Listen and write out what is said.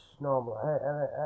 normal